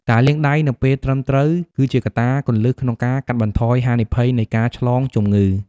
ការលាងដៃនៅពេលត្រឹមត្រូវ គឺជាកត្តាគន្លឹះក្នុងការកាត់បន្ថយហានិភ័យនៃការឆ្លងជំងឺ។